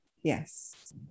Yes